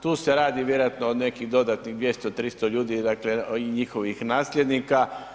Tu se radi vjerojatno o nekih dodatnih 200, 300 ljudi dakle i njihovih nasljednika.